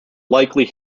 likely